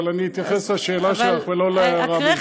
אבל אני אתייחס לשאלה שלך ולא להערה,